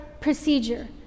procedure